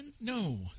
No